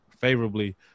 favorably